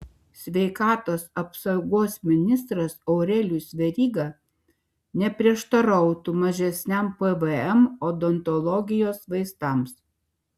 sveikatos apsaugos ministras aurelijus veryga neprieštarautų mažesniam pvm odontologijos vaistams